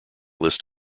list